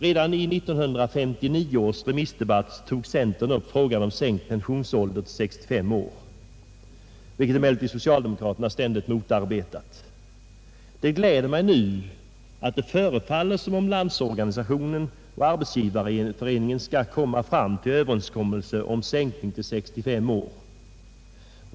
Redan i 1959 års remissdebatt tog centern upp frågan om sänkt pensionsålder till 65 år, vilket emellertid socialdemokraterna ständigt motarbetat. Det gläder mig nu att det förefaller som om Landsorganisationen och Arbetsgivareföreningen skall komma fram till överenskommelse om sänkning till 65 år.